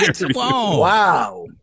Wow